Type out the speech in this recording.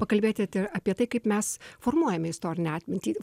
pakalbėti ir apie tai kaip mes formuojame istorinę atmintį